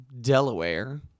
Delaware